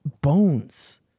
bones